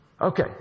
okay